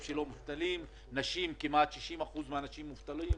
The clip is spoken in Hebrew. נשים כמעט 60% מהנשים מובטלות,